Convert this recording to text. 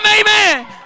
Amen